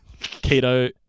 keto